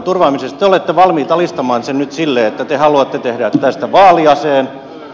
te olette valmiit alistamaan sen nyt sille että te haluatte tehdä tästä vaaliaseen